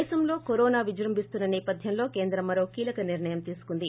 దేశంలో కరోనా విజృభిస్తున్న నేపథ్యంలో కేంద్రం మరో కీలక నిర్ణయం తీసుకుంది